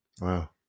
Wow